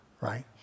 right